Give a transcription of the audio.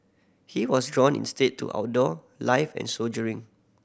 he was drawn instead to outdoor life and soldiering